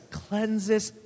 cleanses